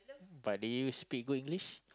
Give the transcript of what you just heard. but did you speak good English